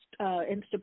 Insta